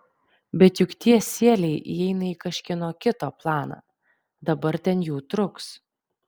bet juk tie sieliai įeina į kažkieno kito planą dabar ten jų truks